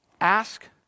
Ask